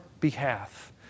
behalf